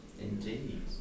Indeed